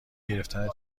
گرفتن